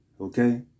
Okay